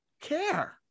care